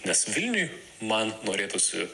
nes vilniuj man norėtųsi